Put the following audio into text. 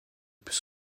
plus